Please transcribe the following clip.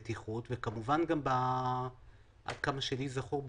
בטיחות וכמה שלי זכור,